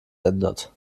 ändert